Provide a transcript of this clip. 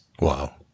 Wow